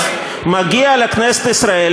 אז מגיע לכנסת ישראל,